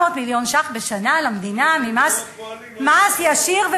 700 מיליון ש"ח בשנה למדינה ממס ישיר,